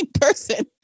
person